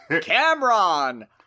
Cameron